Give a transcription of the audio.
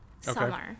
summer